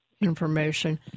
information